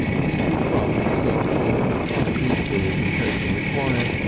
he would rub himself or sigh deeply as the occasion required,